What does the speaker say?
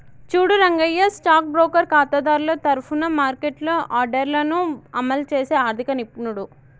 చూడు Rangayya stock broker ఖాతాదారుల తరఫున మార్కెట్లో ఆర్డర్లను అమలు చేసే ఆర్థిక నిపుణుడు